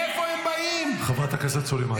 איזה --- חברת הכנסת סלימאן.